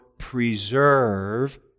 preserve